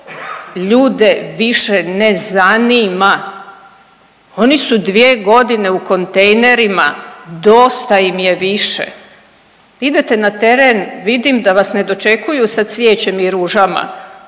ljude više ne zanima, oni su dvije godine u kontejnerima dosta im je više. Idete na teren vidim da vas ne dočekuju sa cvijećem i ružama,